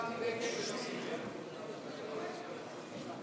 אדוני היושב-ראש, הצבעתי נגד וזה לא סימן.